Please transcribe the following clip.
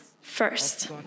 first